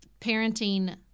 parenting